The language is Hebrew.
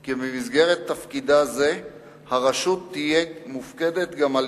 כי במסגרת תפקידה זה הרשות תהיה מופקדת גם על